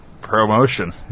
promotion